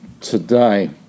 today